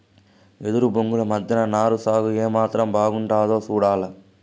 ఎదురు బొంగుల మద్దెన నారు సాగు ఏమాత్రం బాగుండాదో సూడాల